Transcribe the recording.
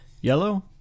yellow